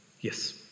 Yes